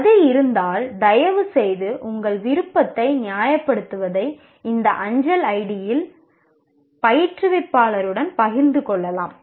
அது இருந்தால் தயவுசெய்து உங்கள் விருப்பத்தை நியாயப்படுத்துவதை இந்த அஞ்சல் ஐடியில் பயிற்றுவிப்பாளருடன் பகிர்ந்து கொள்ளலாம்